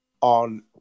on